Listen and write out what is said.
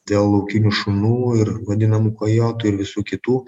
dėl laukinių šunų ir vadinamų kojotų ir visų kitų